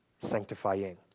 sanctifying